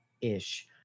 ish